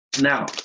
Now